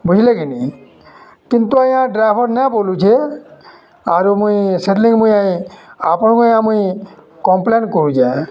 ବୁଝିଲେ କିନି କିନ୍ତୁ ଆଉ ଡ୍ରାଇଭର୍ ନେ ବୋଲୁଛେ ଆରୁ ମୁଇଁ ସେଦିନ ମୁଇଁ ଆପଣଙ୍କୁ ମୁଇଁ କମ୍ପ୍ଲେନ୍ କରୁଛେ